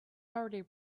already